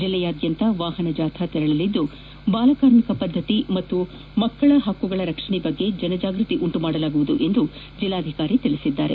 ಬೆಲ್ಲೆಯಾದ್ದಂತ ವಾಹನ ಜಾಥಾ ತೆರಳಲಿದ್ದು ಬಾಲ ಕಾರ್ಮಿಕ ಪದ್ದತಿ ಮತ್ತು ಮಕ್ಕಳ ಹಕ್ಕುಗಳ ರಕ್ಷಣೆ ಬಗ್ಗೆ ಜನಜಾಗೃತಿ ಉಂಟು ಮಾಡಲಾಗುವುದು ಎಂದು ಜೆಲ್ಲಾಧಿಕಾರಿ ತಿಳಿಸಿದ್ದಾರೆ